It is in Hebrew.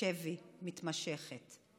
שבי מתמשכת.